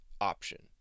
option